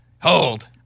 Hold